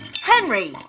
Henry